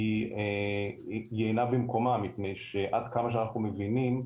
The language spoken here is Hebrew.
היא אינה במקומה מפני שעד כמה שאנחנו מבינים,